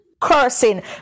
cursing